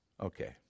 Okay